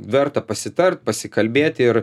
verta pasitart pasikalbėti ir